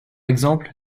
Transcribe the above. exemple